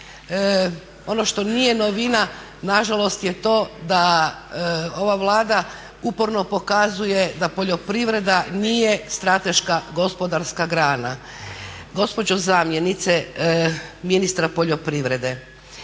Ono što nije novina nažalost je to da ova Vlada uporno pokazuje da poljoprivreda nije strateška gospodarska grana. Gospođo zamjenice ministra poljoprivrede